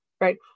right